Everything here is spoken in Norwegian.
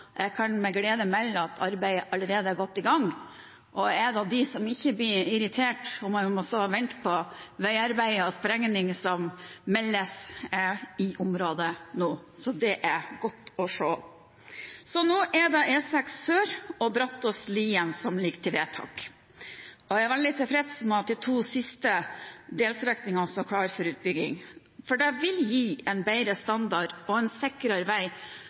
jeg kan med glede melde at arbeidet allerede er godt i gang. Jeg er en av dem som ikke blir irritert om jeg må stå og vente på veiarbeid og sprenging som meldes i området nå. Det er godt å se. Nå er det E6 Helgeland sør og strekningen Brattåsen–Lien som skal vedtas. Jeg er veldig tilfreds med at de to siste delstrekningene står klare for utbygging, for det vil gi en bedre standard og en sikrere vei